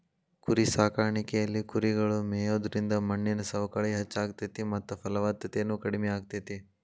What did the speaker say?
ಕುರಿಸಾಕಾಣಿಕೆಯಲ್ಲಿ ಕುರಿಗಳು ಮೇಯೋದ್ರಿಂದ ಮಣ್ಣಿನ ಸವಕಳಿ ಹೆಚ್ಚಾಗ್ತೇತಿ ಮತ್ತ ಫಲವತ್ತತೆನು ಕಡಿಮೆ ಆಗ್ತೇತಿ